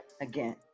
again